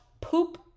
poop